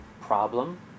problem